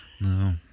No